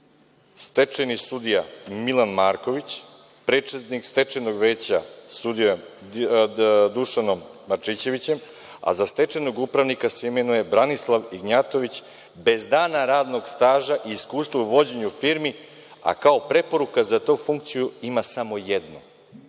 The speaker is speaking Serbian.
sudija Milan Marković, predsednik Stečajnog veća sudija Dušanom Marčićevićem, a za stečajnog upravnika se imenu Branislav Ignjatović, bez dana radnog staža i iskustva u vođenju firmi, a kao preporuka za tu funkciju ima samo jednu.